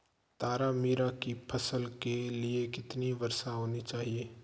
तारामीरा की फसल के लिए कितनी वर्षा होनी चाहिए?